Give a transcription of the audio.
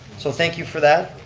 so thank you for that.